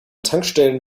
tankstellen